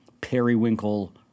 periwinkle